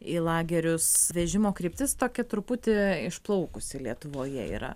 į lagerius vežimo kryptis tokia truputį išplaukusi lietuvoje yra